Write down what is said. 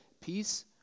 Peace